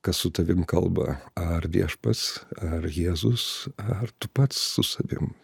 kas su tavim kalba ar viešpats ar jėzus ar tu pats su savim